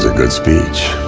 ah good speech.